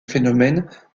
phénomènes